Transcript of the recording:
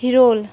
ᱦᱤᱨᱳᱞ